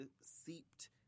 seeped